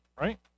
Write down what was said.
right